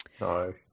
No